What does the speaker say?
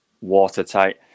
watertight